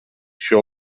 show